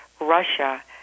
Russia